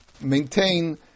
maintain